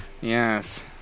Yes